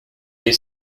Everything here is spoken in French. les